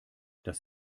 das